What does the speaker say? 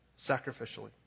sacrificially